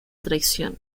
traición